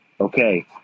okay